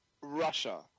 russia